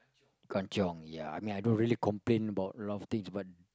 kanchiong ya I mean I don't usually complain about a lot of things but